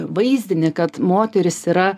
vaizdinį kad moteris yra